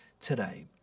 today